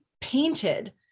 painted